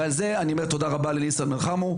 ועל זה אני אומר תודה רבה לניסן בן חמו,